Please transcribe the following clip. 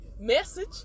Message